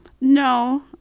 No